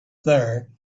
there